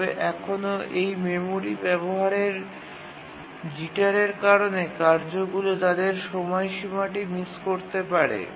তবে এখনও এই মেমরি ব্যাবহারের জিটারের কারণে কার্যগুলি তাদের সময়সীমাটি মিস করতে পারে